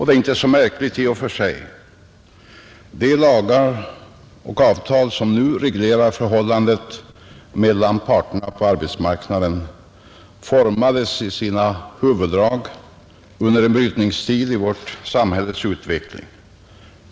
Det är inte så märkligt i och för sig. De lagar och avtal som nu reglerar förhållandet mellan parterna på arbetsmarknaden formades i sina huvuddrag under en brytningstid i vårt samhälles utveckling.